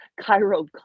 Cairo